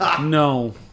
no